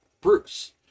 Bruce